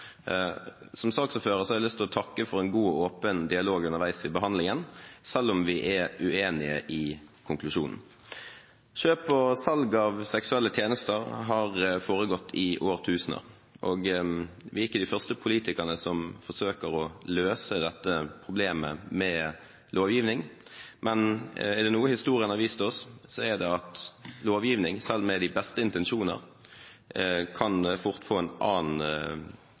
Som saksordfører har jeg lyst til å takke for en god og åpen dialog underveis i behandlingen, selv om vi er uenige i konklusjonen. Kjøp og salg av seksuelle tjenester har foregått i årtusener, og vi er ikke de første politikerne som forsøker å løse dette problemet med lovgivning. Men er det noe historien har vist oss, er det at lovgivning, selv med de beste intensjoner, fort kan få